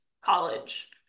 college